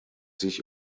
sich